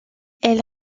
elle